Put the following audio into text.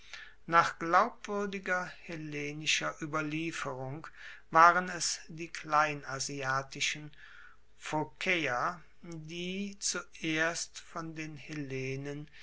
nach glaubwuerdiger hellenischer ueberlieferung waren es die kleinasiatischen phokaeer die zuerst von den hellenen